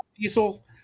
Diesel